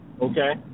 Okay